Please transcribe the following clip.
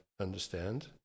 understand